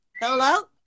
Hello